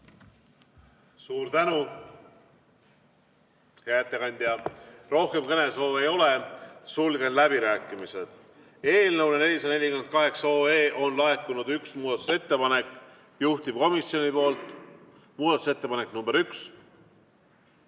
Suur tänu, hea ettekandja! Rohkem kõnesoove ei ole, sulgen läbirääkimised. Eelnõu 448 kohta on laekunud üks muudatusettepanek juhtivkomisjonilt, see on muudatusettepanek nr 1.